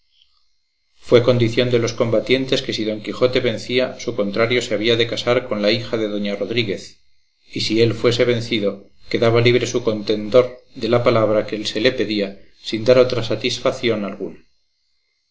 fue condición de los combatientes que si don quijote vencía su contrario se había de casar con la hija de doña rodríguez y si él fuese vencido quedaba libre su contendor de la palabra que se le pedía sin dar otra satisfación alguna